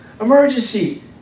emergency